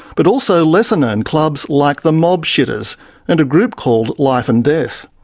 but also lesser known clubs, like the mobshitters and a group called life and death.